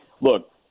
look